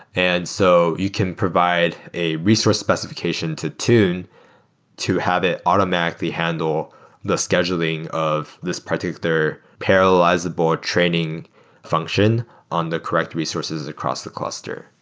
and so you can provide a resource specification to tune to have it automatically handle the scheduling of this particular parallelizable training function on the correct resources across the cluster.